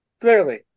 clearly